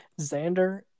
Xander